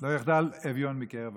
שלא יחדל אביון מקרב הארץ,